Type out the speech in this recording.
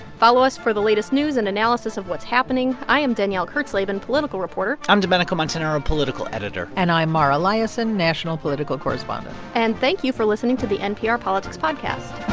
follow us for the latest news and analysis of what's happening. i am danielle kurtzleben, political reporter i'm domenico montanaro, political editor and i'm mara liasson, national political correspondent and thank you for listening to the npr politics podcast